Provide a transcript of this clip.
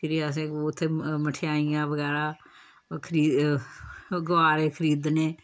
फिरी असें उत्थै मठेयाइयां बगैरा खरीदे गोवारे खरीदने